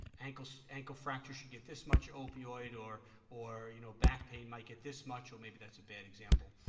ankle so ankle fractures should get this much opioid or or you know back pain might get this much or maybe that's a bad example